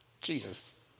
Jesus